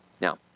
Now